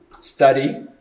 study